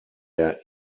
der